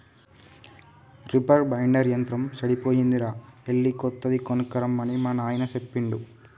reaper binder యంత్రం సెడిపోయిందిరా ఎళ్ళి కొత్తది కొనక్కరమ్మని మా నాయిన సెప్పిండు